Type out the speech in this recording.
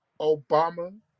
Obama